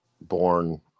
Born